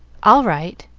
all right.